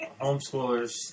homeschoolers